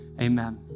Amen